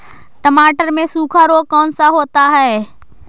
टमाटर में सूखा रोग कौन सा होता है?